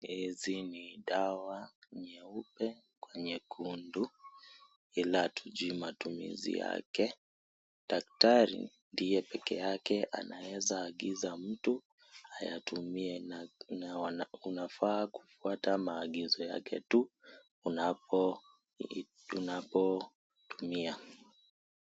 Hizi ni dawa nyeupe kwa nyekundu ila hatujui matumizi yake daktari ndiye peke yake anaeza agiza mtu ayatumie na unafaa kufuata maagizo yake tu unapo tumia.